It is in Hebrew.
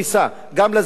גם כלפי האזרחים הערבים,